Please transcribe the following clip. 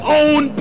own